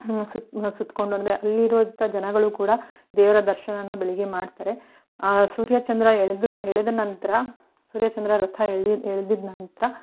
ಅದನ್ನು ಸುತ್ತಿ ಸುತ್ಕೊಂಡು ಅಂದರೆ ಅಲ್ಲಿರೋವಂಥ ಜನಗಳು ಕೂಡ ದೇವರ ದರ್ಶನಾನ ಬೆಳಗ್ಗೆ ಮಾಡ್ತಾರೆ ಆ ಸೂರ್ಯ ಚಂದ್ರ ಎಳೆದು ಎಳೆದ ನಂತರ ಸೂರ್ಯ ಚಂದ್ರ ರಥ ಎಳೆ ಎಳ್ದ ನಂತರ